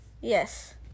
Yes